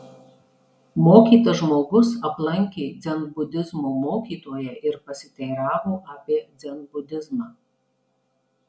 mokytas žmogus aplankė dzenbudizmo mokytoją ir pasiteiravo apie dzenbudizmą